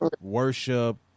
worship